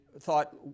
thought